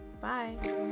Bye